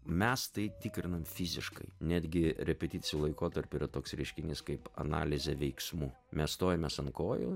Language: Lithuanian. mes tai tikrinam fiziškai netgi repeticijų laikotarpiu yra toks reiškinys kaip analizė veiksmų mes stojamės ant kojų